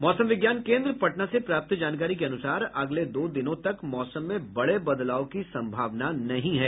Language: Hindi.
मौसम विज्ञान केन्द्र पटना से प्राप्त जानकारी के अनुसार अगले दो दिनों तक मौसम में बड़े बदलाव की सम्भावना नहीं है